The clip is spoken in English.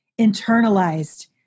internalized